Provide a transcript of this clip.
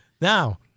Now